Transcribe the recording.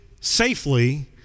safely